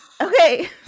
Okay